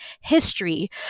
history